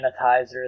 sanitizer